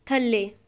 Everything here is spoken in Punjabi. ਥੱਲੇ